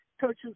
coaches